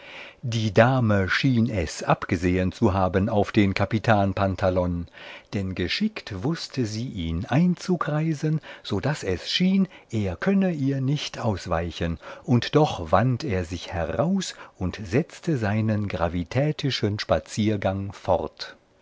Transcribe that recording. die dame schien es abgesehen zu haben auf den capitan pantalon denn geschickt wußte sie ihn einzukreisen so daß es schien er könne ihr nicht ausweichen und doch wand er sich heraus und setzte seinen gravitätischen spaziergang fort